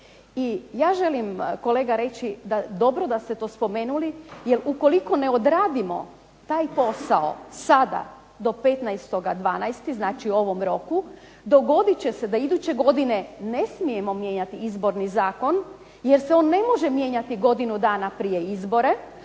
I ja želim kolega reći da dobro da ste to spomenuli, jer ukoliko ne odradimo taj posao sada do 15.12., znači u ovom roku, dogodit će se da iduće godine ne smijemo mijenjati izborni zakon, jer se on ne može mijenjati godinu dana prije izbora,